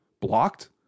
blocked